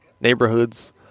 neighborhoods